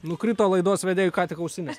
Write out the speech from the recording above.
nukrito laidos vedėjui ką tik ausinės